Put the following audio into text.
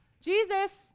Jesus